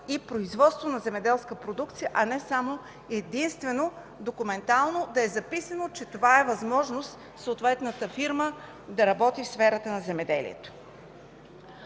и производство на земеделска продукция, а не само единствено документално да е записано, че това е възможност съответната фирма да работи в сферата на земеделието.